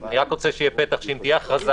אני רק רוצה שיהיה פתח שאם תהיה הכרזה